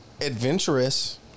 Adventurous